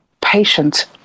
patient